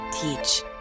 Teach